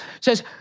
says